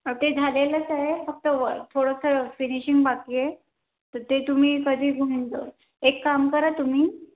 ते झालेलंच आहे फक्त व थोडंसं फिनिशिंग बाकी आहे तर ते तुम्ही कधी घेऊन जा एक काम करा तुम्ही